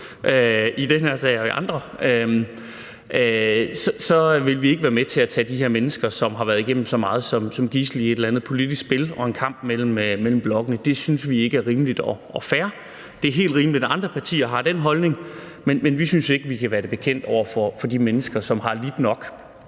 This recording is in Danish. i den her sag og andre sager, så vil vi ikke være med til at tage de her mennesker, som har været igennem så meget, som gidsel i et eller andet politisk spil og en kamp mellem blokkene. Det synes vi ikke er rimeligt og fair. Det er helt rimeligt, at andre partier har den holdning, men vi synes ikke, at vi kan være det bekendt over for de mennesker, som har lidt nok.